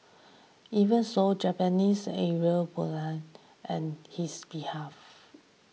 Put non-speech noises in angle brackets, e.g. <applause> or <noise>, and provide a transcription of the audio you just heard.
even so Japanese and <unintelligible> and his behalf